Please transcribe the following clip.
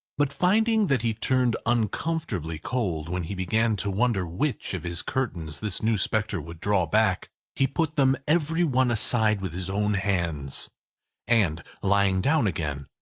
but finding that he turned uncomfortably cold when he began to wonder which of his curtains this new spectre would draw back, he put them every one aside with his own hands and lying down again,